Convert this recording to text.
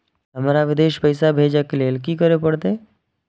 हमरा विदेश पैसा भेज के लेल की करे परते?